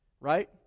right